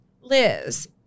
Liz